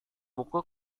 buku